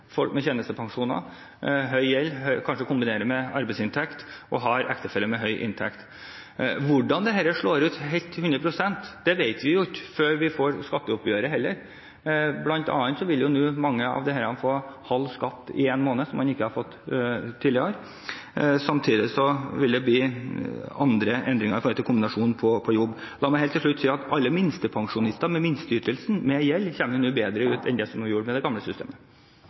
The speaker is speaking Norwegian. folk med tjenestepensjoner, høy gjeld, kanskje kombinert med arbeidsinntekt, og ektefelle med høy inntekt. Hvordan dette slår ut 100 pst., vet vi ikke før vi får skatteoppgjøret. Blant annet vil mange av disse nå få halv skatt i én måned, noe de ikke har fått tidligere. Samtidig vil det bli andre endringer når det gjelder kombinasjon med jobb. La meg helt til slutt si at alle minstepensjonister, med minsteytelsen, med gjeld kommer bedre ut enn de gjorde i det gamle systemet.